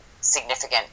significant